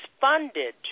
funded